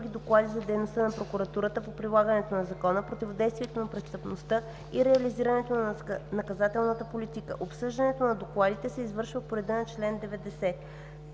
доклади за дейността на прокуратурата по прилагането на закона, противодействието на престъпността и реализирането на наказателната политика. Обсъждането на докладите се извършва по реда на чл. 90“.